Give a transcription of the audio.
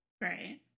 Right